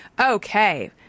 Okay